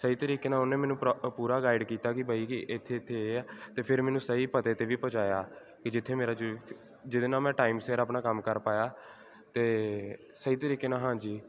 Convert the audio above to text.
ਸਹੀ ਤਰੀਕੇ ਨਾਲ ਉਹਨੇ ਮੈਨੂੰ ਪਰਾ ਪੂਰਾ ਗਾਈਡ ਕੀਤਾ ਕਿ ਬਾਈ ਕਿ ਇੱਥੇ ਇੱਥੇ ਇਹ ਹੈ ਅਤੇ ਫਿਰ ਮੈਨੂੰ ਸਹੀ ਪਤਾ 'ਤੇ ਵੀ ਪਹੁੰਚਾਇਆ ਕਿ ਜਿੱਥੇ ਮੇਰਾ ਜਿਹ ਜਿਹਦੇ ਨਾਲ ਮੈਂ ਟਾਈਮ ਸਿਰ ਆਪਣਾ ਕੰਮ ਕਰ ਪਾਇਆ ਅਤੇ ਸਹੀ ਤਰੀਕੇ ਨਾਲ ਹਾਂਜੀ